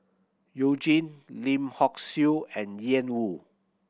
You Jin Lim Hock Siew and Ian Woo